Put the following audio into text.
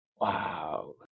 wow